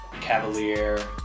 cavalier